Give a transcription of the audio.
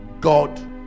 God